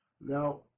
Now